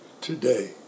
today